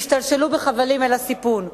שהשתלשלו בחבלים אל הסיפון.